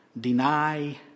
Deny